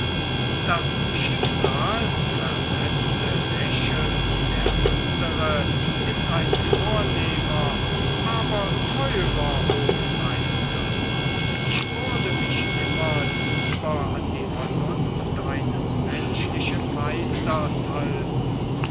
das schicksal versetzte lächelnd der andere ist ein vornehmer aber teurer hofmeister ich würde mich immer lieber an die vernunft eines menschlichen meisters halten